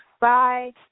Bye